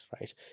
right